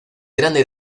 grande